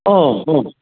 हो हो